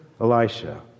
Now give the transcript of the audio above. elisha